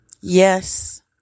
Yes